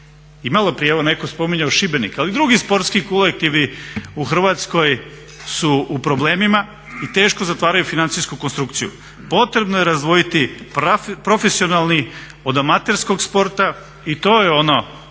i malo prije je evo netko spominjao Šibenik ali i drugi sportski kolektivi u Hrvatskoj su u problemima i teško zatvaraju financijsku konstrukciju. Potrebno je razdvojiti profesionalni od amaterskog sporta i to je ono